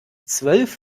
zwölf